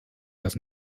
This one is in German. das